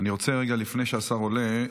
לפני שהשר עולה,